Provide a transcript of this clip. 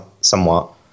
somewhat